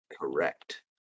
Correct